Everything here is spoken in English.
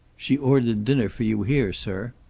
she ordered dinner for you here, sir.